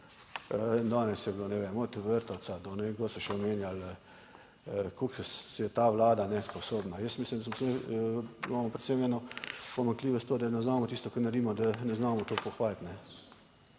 danes je bilo, ne vem, od Vrtovca, do ne vem kje so še omenjali, koliko je ta vlada nesposobna. Jaz mislim, da imamo predvsem eno pomanjkljivost, to, da ne znamo tisto, kar naredimo, da ne znamo to pohvaliti.